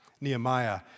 Nehemiah